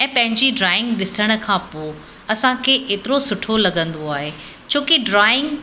ऐं पंहिंजी ड्रॉइंग ॾिसण खां पोइ असांखे एतिरो सुठो लॻंदो आहे छो कि ड्रॉइंग